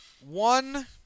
One